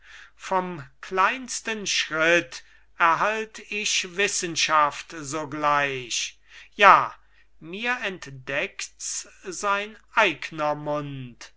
vom kleinsten schritt erhalt ich wissenschaft sogleich ja mir entdeckts sein eigner mund